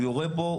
הוא יורה בו.